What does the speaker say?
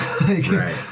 Right